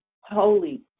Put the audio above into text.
holy